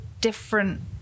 different